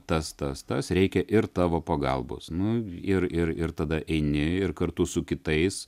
tas tas tas reikia ir tavo pagalbos nu ir ir ir tada eini ir kartu su kitais